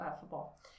football